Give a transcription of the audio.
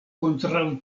kontraŭ